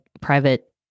private